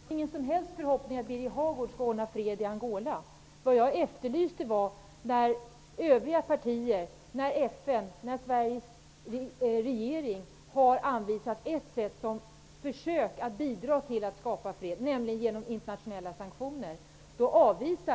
Herr talman! Jag har ingen som helst förhoppning att Birger Hagård skall åstadkomma fred i Angola. Vad jag efterlyste var något annat. FN, Sveriges regering och de övriga partierna har anvisat ett sätt att försöka bidra till att skapa fred, nämligen internationella sanktioner. Men